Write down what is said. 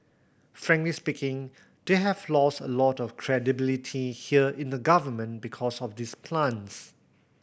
frankly speaking they have lost a lot of credibility here in the government because of these plants